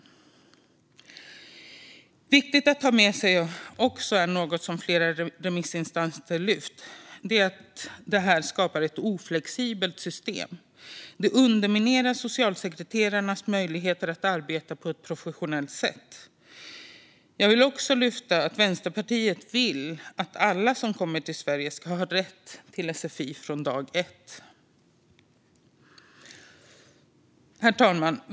Det är också viktigt att ta med sig något som flera remissinstanser har lyft: Det här skapar ett oflexibelt system. Det underminerar socialsekreterarnas möjligheter att arbeta på ett professionellt sätt. Jag vill även lyfta att Vänsterpartiet vill att alla som kommer till Sverige ska ha rätt till sfi från dag ett. Herr talman!